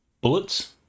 bullets